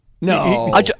No